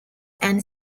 and